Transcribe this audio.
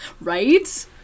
Right